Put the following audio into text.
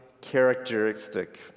characteristic